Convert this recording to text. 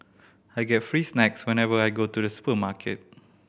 I get free snacks whenever I go to the supermarket